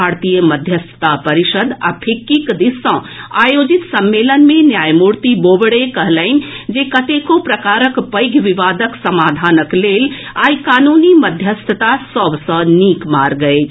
भारतीय मध्यस्थता परिषद आ फिक्कीक दिस सँ आयोजित सम्मेलन मे न्यायमूर्ति बोबड़े कहलनि जे कतेको प्रकारक पैघ विवादक समाधानक लेल आइ कानूनी मध्यस्थता सभ सँ नीक मार्ग अछि